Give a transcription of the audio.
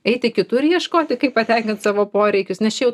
eiti kitur ieškoti kaip patenkint savo poreikius nes čia jau